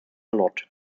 lot